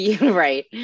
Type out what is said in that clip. Right